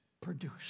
produce